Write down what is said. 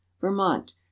Vermont